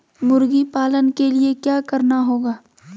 मुर्गी पालन के लिए क्या करना होगा?